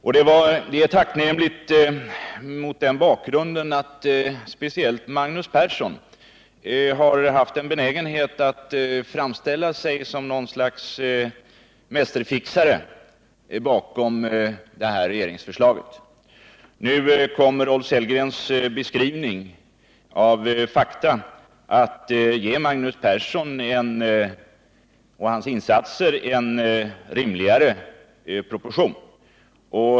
Det är tacknämligt att han tar till orda mot bakgrund av att speciellt Magnus Persson har haft en benägenhet att framställa sig som något slags mästerfixare när det gäller regeringsförslaget. Rolf Sellgrens beskrivning av fakta ger Magnus Persson och hans insatser rimligare proportioner.